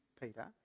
Peter